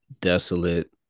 desolate